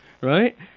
right